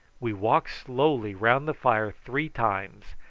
we walked slowly round the fire three times,